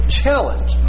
challenge